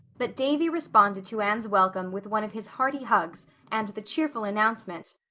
but davy responded to anne's welcome with one of his hearty hugs and the cheerful announcement,